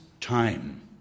time